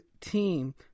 team